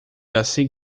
assim